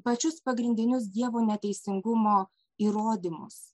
pačius pagrindinius dievo neteisingumo įrodymus